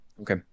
Okay